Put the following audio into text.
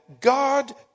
God